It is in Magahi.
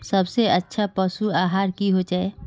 सबसे अच्छा पशु आहार की होचए?